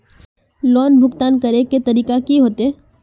Loan भुगतान करे के तरीका की होते?